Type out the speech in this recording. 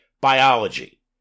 biology